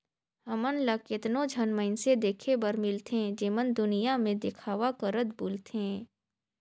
हमन ल केतनो झन मइनसे देखे बर मिलथें जेमन दुनियां में देखावा करत बुलथें